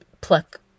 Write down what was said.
pluck